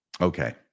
Okay